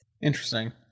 Interesting